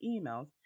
emails